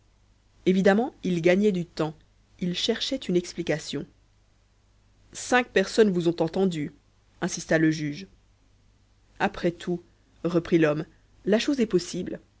évidemment il gagnait du temps il cherchait une explication cinq personnes vous ont entendu insista le juge après tout reprit l'homme la chose est possible